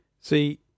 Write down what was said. See